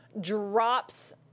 drops